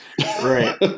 Right